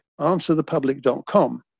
Answerthepublic.com